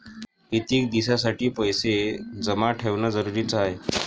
कितीक दिसासाठी पैसे जमा ठेवणं जरुरीच हाय?